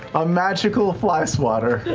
a magical fly swatter.